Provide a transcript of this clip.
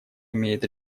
имеет